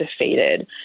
defeated